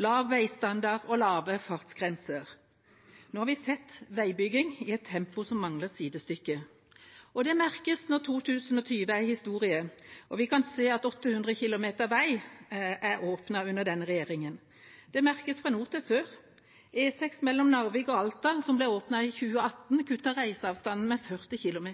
lav veistandard og lave fartsgrenser. Nå har vi sett veibygging i et tempo som mangler sidestykke. Det merkes når 2020 er historie, og vi kan se at 800 km vei er åpnet under denne regjeringa. Det merkes fra nord til sør. E6 mellom Narvik og Alta, som ble åpnet i 2018, kuttet reiseavstanden med 40 km.